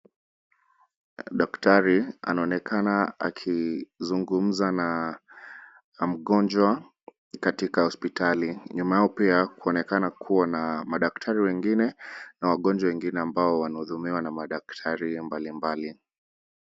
Daktari anaonekana akizungumza na mgonjwa katika hospitali. Nyuma yao pia kwaonekana kuwa na madaktari wengine na magonjwa wengine ambao wanahudumiwa na madaktari mbalimbali.